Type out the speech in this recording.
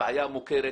הבעיה מוכרת,